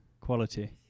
quality